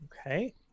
Okay